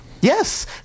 Yes